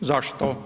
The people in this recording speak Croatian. Zašto?